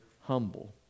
humble